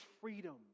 freedom